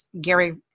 Gary